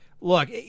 Look